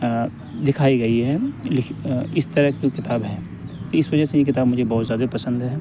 دکھائی گئی ہے اس طرح کی وہ کتاب ہے اس وجہ سے یہ کتاب مجھے زیادہ پسند ہے